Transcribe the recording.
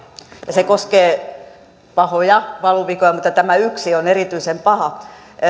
se koskee pahoja valuvikoja mutta tämä yksi on erityisen paha